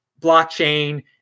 blockchain